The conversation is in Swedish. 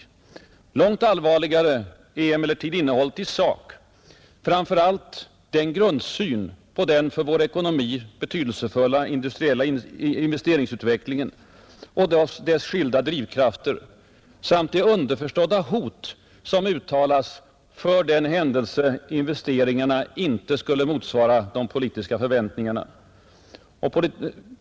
Långt allvarligare är emellertid innehållet i sak, framför allt grundsynen på den för vår ekonomi betydelsefulla industriella investeringsutvecklingen och dess skilda drivkrafter samt det underförstådda hot som uttalas för den händelse investeringarna inte skulle motsvara de politiska förväntningarna.